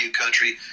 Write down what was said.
Country